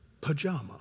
Pajama